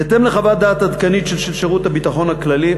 בהתאם לחוות דעת עדכנית של שירות הביטחון הכללי,